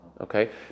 Okay